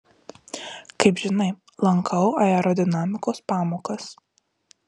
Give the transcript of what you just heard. kaip žinai lankau aerodinamikos pamokas